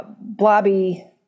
blobby